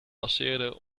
passeerde